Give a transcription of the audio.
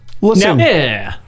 Listen